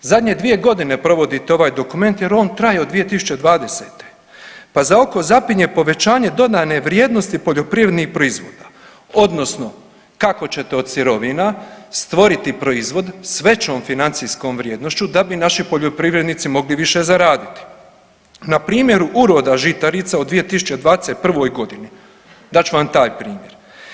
Zadnje 2 godine provodite ovaj dokument jer on traje od 2020. pa za oko zapinje povećanje dodane vrijednosti poljoprivrednih proizvoda, odnosno kako ćete od sirovina stvoriti proizvod s većom financijskom vrijednošću, da bi naši poljoprivrednici mogli više zaraditi, npr. uroda žitarica u 2021. g., dat ću vam taj primjer.